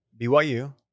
BYU